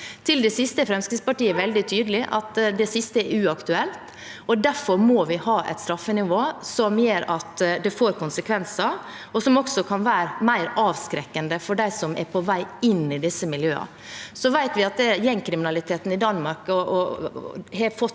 Fremskrittspartiet veldig tydelig på at det er uaktuelt. Derfor må vi ha et straffenivå som gjør at det får konsekvenser, og som kan være mer avskrekkende for dem som er på vei inn i disse miljøene. Så vet vi at gjengkriminaliteten i Danmark har fått